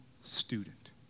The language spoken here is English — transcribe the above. student